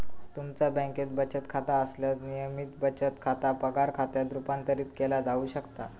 तुमचा बँकेत बचत खाता असल्यास, नियमित बचत खाता पगार खात्यात रूपांतरित केला जाऊ शकता